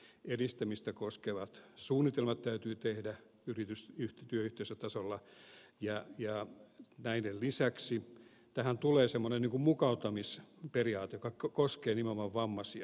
yhdenvertaisuuden edistämistä koskevat suunnitelmat täytyy tehdä työyhteisötasolla ja näiden lisäksi tähän tulee semmoinen mukauttamisperiaate joka koskee nimenomaan vammaisia